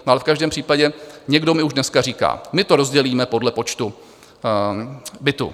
Ale v každém případě někdo mi už dneska říká: My to rozdělíme podle počtu bytů.